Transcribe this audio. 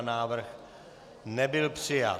Návrh nebyl přijat.